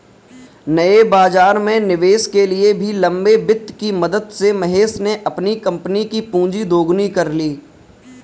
नए बाज़ार में निवेश के लिए भी लंबे वित्त की मदद से महेश ने अपनी कम्पनी कि पूँजी दोगुनी कर ली